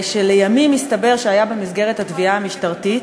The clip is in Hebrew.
שלימים הסתבר שהיה במסגרת התביעה המשטרתית,